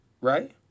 right